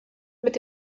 mit